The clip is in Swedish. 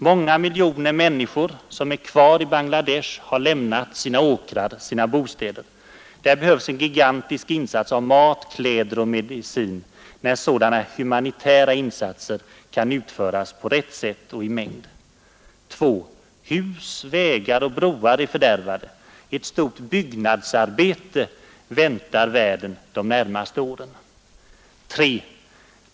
Många miljoner människor som är kvar i Bangla Desh har lämnat sina åkrar, sina bostäder. Där behövs en gigantisk insats av mat, kläder och medicin när sådana humanitära insatser kan utföras på rätt sätt och i mängd. 2. Hus, vägar och broar är fördärvade. Ett stort byggnadsarbete väntar världen de närmaste åren. 3.